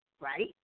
right